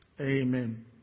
Amen